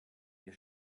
wir